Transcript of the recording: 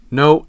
no